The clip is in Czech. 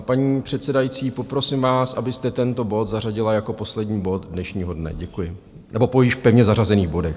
Paní předsedající, poprosím vás, abyste tento bod zařadila jako poslední bod dnešního dne nebo po již pevně zařazených bodech.